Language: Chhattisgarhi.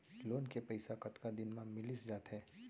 लोन के पइसा कतका दिन मा मिलिस जाथे?